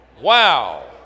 Wow